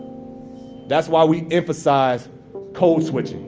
that's why we emphasize code switching.